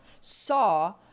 saw